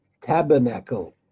tabernacle